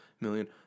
million